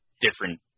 different